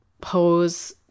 pose